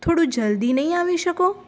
થોડું જલદી નહીં આવી શકો